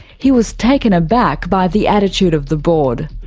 he was taken aback by the attitude of the board.